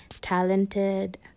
talented